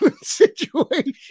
situation